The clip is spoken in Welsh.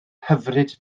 hyfryd